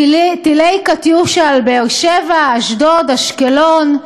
טילי "קטיושה" על באר-שבע, אשדוד, אשקלון.